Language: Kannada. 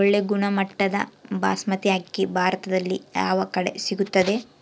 ಒಳ್ಳೆ ಗುಣಮಟ್ಟದ ಬಾಸ್ಮತಿ ಅಕ್ಕಿ ಭಾರತದಲ್ಲಿ ಯಾವ ಕಡೆ ಸಿಗುತ್ತದೆ?